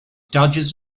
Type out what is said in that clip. dodges